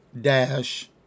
dash